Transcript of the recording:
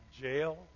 jail